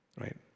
right